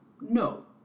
no